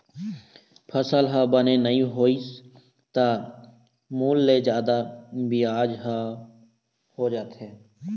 फसल ह बने नइ होइस त मूल ले जादा बियाज ह हो जाथे